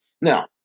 Now